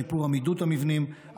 שיפור עמידות המבנים,